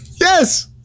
yes